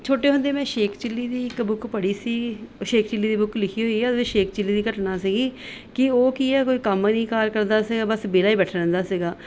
ਛੋਟੇ ਹੁੰਦੇ ਮੈਂ ਸ਼ੇਖ ਚਿੱਲੀ ਦੀ ਇੱਕ ਬੁੱਕ ਪੜ੍ਹੀ ਸੀ ਸ਼ੇਖ ਚਿੱਲੀ ਦੀ ਬੁੱਕ ਲਿਖੀ ਹੋਈ ਹੈ ਉਹਦੇ ਵਿੱਚ ਸ਼ੇਖ ਚਿਲੀ ਦੀ ਘਟਨਾ ਸੀਗੀ ਕਿ ਉਹ ਕੀ ਹੈ ਕੋਈ ਕੰਮ ਕਾਰ ਨਹੀਂ ਕਰਦਾ ਸੀਗਾ ਬਸ ਵਿਹਲਾ ਹੀ ਬੈਠਾ ਰਹਿੰਦਾ ਸੀਗਾ